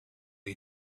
you